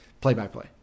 play-by-play